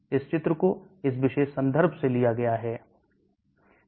इस चित्र को इस विशेष संदर्भ से लिया गया है